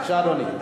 בבקשה, אדוני.